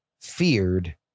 feared